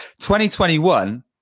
2021